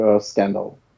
Scandal